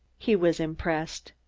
he was impressed.